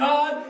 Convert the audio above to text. God